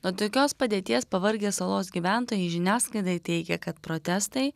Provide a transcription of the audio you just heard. nuo tokios padėties pavargę salos gyventojai žiniasklaidai teigė kad protestai